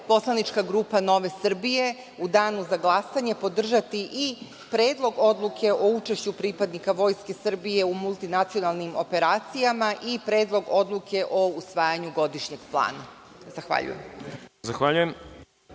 poslanička grupa NS u danu za glasanje podržati i Predlog odluke o učešću pripadnika Vojske Srbije u multinacionalnim operacijama i Predlog odluke o usvajanju godišnjeg plana. Zahvaljujem.